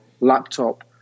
laptop